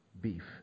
beef